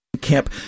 camp